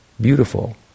beautiful